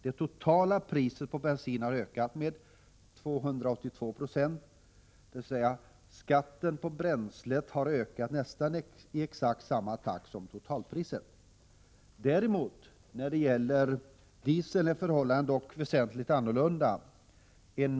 Det totala priset på bensin har ökat med 282 26, dvs. skatten på bränslet har ökat nästan i exakt samma takt som totalpriset. När det däremot gäller diesel är förhållandet väsentligt annorlunda.